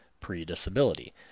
pre-disability